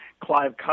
Clive